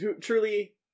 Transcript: Truly